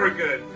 ah good?